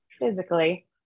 physically